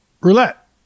Roulette